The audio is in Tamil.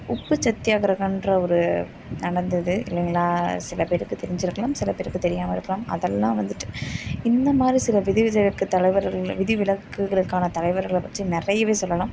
உப்பு சத்தியாகிரகம்ன்ற ஒரு நடந்தது இல்லைங்களா சில பேருக்கு தெரிஞ்சுருக்கலாம் சில பேருக்கு தெரியாமல் இருக்கலாம் அதெல்லாம் வந்துட்டு இந்தமாதிரி சில விதி தலைவர்கள் விதி விலக்குகளுக்கான தலைவர்களைப் பற்றி நிறையவே சொல்லலாம்